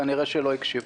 כנראה שלא הקשיבו.